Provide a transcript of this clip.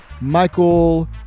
Michael